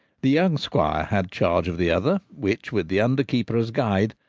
the young squire had charge of the other, which, with the under keeper as guide,